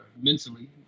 mentally